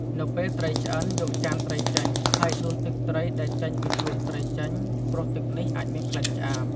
នៅពេលត្រីឆ្អិន យកចានត្រីចេញ ហើយ ដួសទឹកត្រីដែលចេញពីខ្លួនត្រីចេញ ព្រោះទឹកនេះអាចមានក្លិនឆ្អាប។